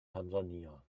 tansania